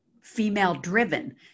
female-driven